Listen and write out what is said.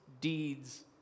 deeds